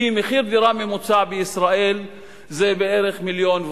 כי מחיר ממוצע לדירה בישראל זה בערך 1.25 מיליון.